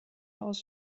aus